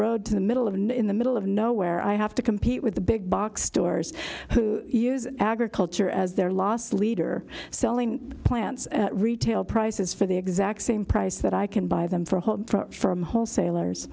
road to the middle of the middle of nowhere i have to compete with the big box stores who use agriculture as their loss leader selling plants at retail prices for the exact same price that i can buy them for whole for i'm wholesalers